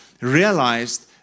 realized